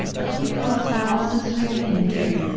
a few girls were also screaming in fear.